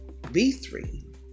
B3